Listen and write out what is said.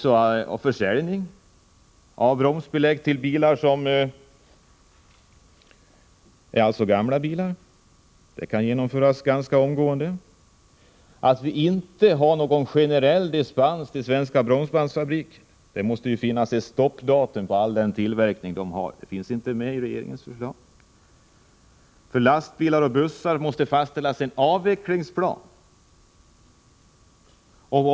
Förbud mot försäljning av asbesthaltiga bromsbelägg till gamla bilar kan genomföras ganska omgående. Det skulle inte vara någon generell dispens till Svenska Bromsbandsfabriken. Det måste ju finnas ett stoppdatum för all den tillverkning som denna fabrik har — och det finns inte med i regeringens förslag. För lastbilar och bussar måste fastställas en avvecklingsplan i fråga om asbesthaltiga bromsband.